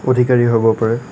অধিকাৰী হ'ব পাৰে